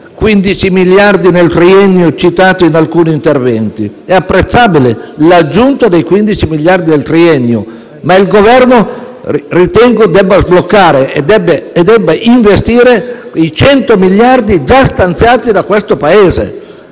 15 miliardi nel triennio citati in alcuni interventi. È apprezzabile l'aggiunta di 15 miliardi nel triennio, ma ritengo che il Governo debba sbloccare e investire i 100 miliardi già stanziati.